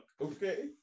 Okay